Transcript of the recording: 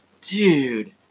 dude